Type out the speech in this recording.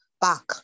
back